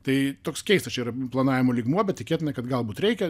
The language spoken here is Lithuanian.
tai toks keistas čia yra planavimo lygmuo bet tikėtina kad galbūt reikia